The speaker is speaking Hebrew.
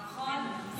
נכון,